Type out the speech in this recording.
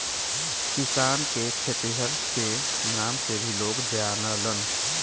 किसान के खेतिहर के नाम से भी लोग जानलन